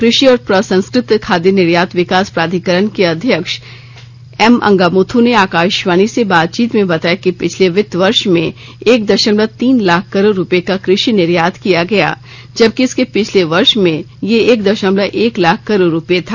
कृषि और प्रसंस्कृत खाद्य निर्यात विकास प्राधिकरण के अध्यक्ष एम अंगामुथु ने आकाशवाणी से बातचीत में बताया कि पिछले वित्त वर्ष में एक दशमलव तीन लाख करोड़ रुपये का कृषि निर्यात किया गया जबकि इसके पिछले वर्ष में यह एक दशमलव एक लाख करोड रुपये था